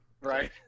right